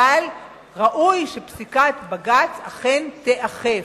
אבל ראוי שפסיקת בג"ץ אכן תיאכף.